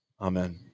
Amen